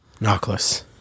Knockless